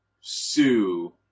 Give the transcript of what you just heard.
sue